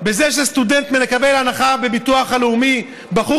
בזה שסטודנט מקבל הנחה בביטוח הלאומי ובחור